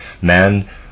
man